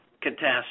catastrophe